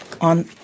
on